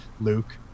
Luke